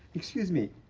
excuse me,